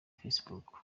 facebook